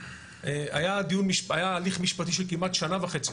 היה הליך משפטי של כמעט שנה וחצי